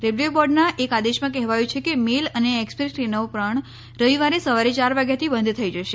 railway બોર્ડના એક આદેશમાં કહેવાયું છે કે મેલ અને એક્સપ્રેસ ટ્રેનો પણ રવિવારે સવારે ચાર વાગ્યાથી બંધ થઈ જશે